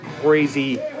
crazy